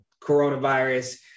coronavirus